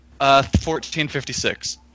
1456